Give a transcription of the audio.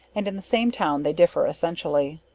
and in the same town they differ essentially.